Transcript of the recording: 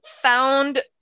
found